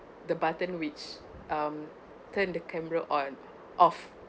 the button which um turn the camera on off